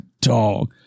dog